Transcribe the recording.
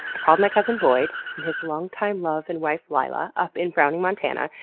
i called my cousin boyd and his long-time love and wife lila up in browning montana,